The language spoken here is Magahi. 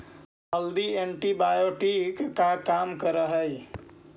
हल्दी एंटीबायोटिक का काम करअ हई